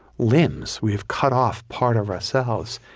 limbs. we have cut off part of ourselves